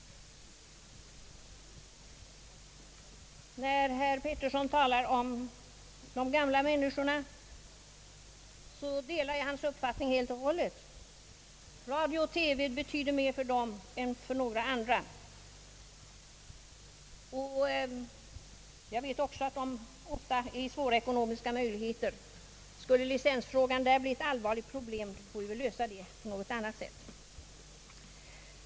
När herr Peterson talar om de gamla människorna delar jag helt och hållet hans uppfattning. Radio och TV betyder mera för dem än för några andra, och jag vet också att de ofta befinner sig i svåra ekonomiska omständigheter. Skulle licensfrågan för denna kategori bli ett allvarligt problem bör vi lösa denna fråga på annat sätt.